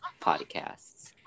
podcasts